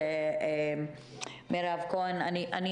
יש פה צונאמי ואנחנו לא מבינים מול מי אנחנו